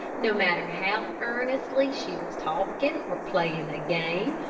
no matter how earnestly she was talking, or playing a game,